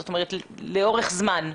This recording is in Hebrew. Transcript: זאת אומרת, לאורך זמן.